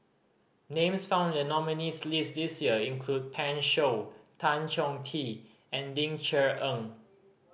names found in the nominees' list this year include Pan Shou Tan Chong Tee and Ling Cher Eng